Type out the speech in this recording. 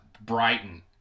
Brighton